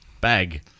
Bag